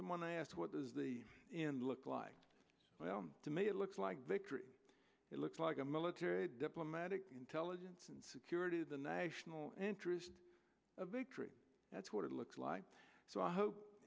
someone asked what is the in look like well to me it looks like victory it looks like a military diplomatic intelligence and security the national interest a victory that's what it looks like so i hope